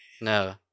No